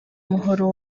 umuhoro